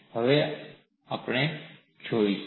હવે આપણે જોઈશું